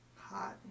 Hot